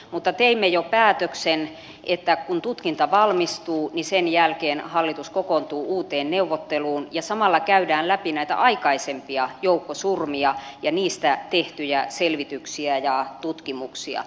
mutta teimme jo päätöksen että kun tutkinta valmistuu niin sen jälkeen hallitus kokoontuu uuteen neuvotteluun ja samalla käydään läpi näitä aikaisempia joukkosurmia ja niistä tehtyjä selvityksiä ja tutkimuksia